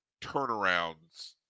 turnarounds